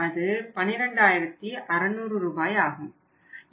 அது 12600 ரூபாய் ஆகும்